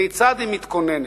כיצד היא מתכוננת?